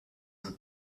and